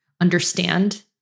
understand